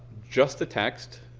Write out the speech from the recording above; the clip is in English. just the text,